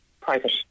private